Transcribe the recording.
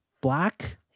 black